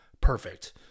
perfect